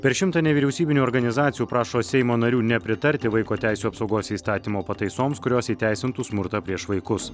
per šimtą nevyriausybinių organizacijų prašo seimo narių nepritarti vaiko teisių apsaugos įstatymo pataisoms kurios įteisintų smurtą prieš vaikus